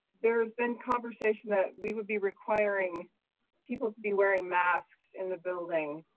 there's been conversation that we would be requiring people to be wearing masks in the building,